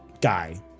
guy